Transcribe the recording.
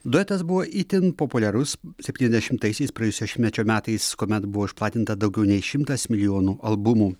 duetas buvo itin populiarus septyniasdešimtaisiais praėjusio šimtmečio metais kuomet buvo išplatinta daugiau nei šimtas milijonų albumų